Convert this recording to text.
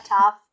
tough